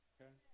Okay